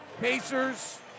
Pacers